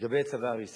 לגבי צווי ההריסה,